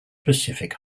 pacific